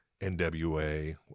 NWA